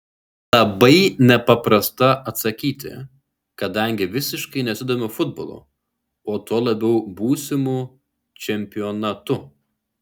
labai nepaprasta atsakyti kadangi visiškai nesidomiu futbolu o tuo labiau būsimu čempionatu